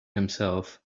himself